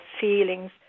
feelings